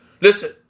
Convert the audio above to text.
Listen